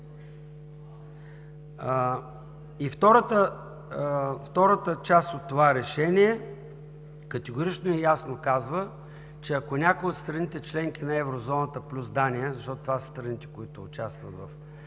Втората част от това решение категорично и ясно казва, че ако някоя от страните – членки на Еврозоната, плюс Дания, защото това са страните, които участват в